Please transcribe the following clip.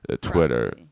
Twitter